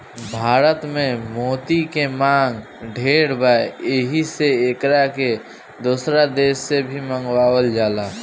भारत में मोती के मांग ढेर बा एही से एकरा के दोसर देश से भी मंगावल जाला